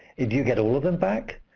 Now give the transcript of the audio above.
do you get all of them back?